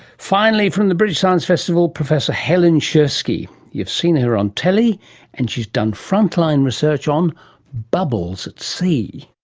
finally from the british science festival, professor helen czerski. you've seen her on telly and she's done front-line research on bubbles at sea.